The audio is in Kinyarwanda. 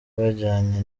bajyanye